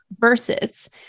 Versus